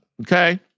Okay